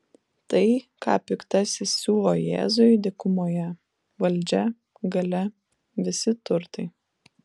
tai ką piktasis siūlo jėzui dykumoje valdžia galia visi turtai